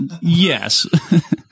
Yes